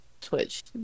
Twitch